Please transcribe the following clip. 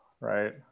right